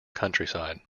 countryside